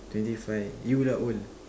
twenty five you lah old